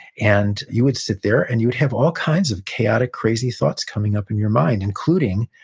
and you would sit there, and you would have all kinds of chaotic, crazy thoughts coming up in your mind, including,